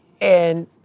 And-